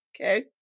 Okay